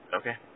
okay